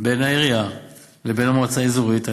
בין העירייה לבין המועצה האזורית על